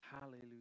Hallelujah